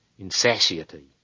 insatiety